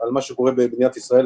על מה שקורה במדינת ישראל.